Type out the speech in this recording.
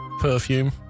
perfume